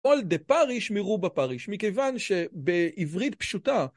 אול דפריש מרובה פריש, מכיוון שבעברית פשוטה...